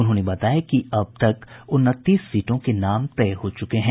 उन्होंने बताया कि अब तक उनतीस सीटों के नाम तय हो चुके हैं